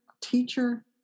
teacher